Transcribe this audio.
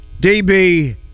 DB